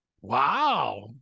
wow